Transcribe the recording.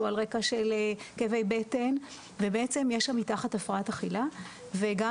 או על רקע של כאבי בטן ובעצם יש שם מתחת הפרעת אכילה וגם